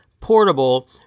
portable